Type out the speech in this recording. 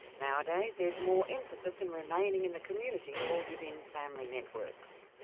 nowadays there's more emphasis in remaining in the community or within family networks.